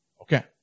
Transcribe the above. Okay